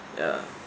ya